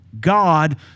God